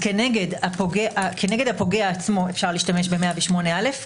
כנגד הפוגע עצמו אפשר להשתמש ב-108א,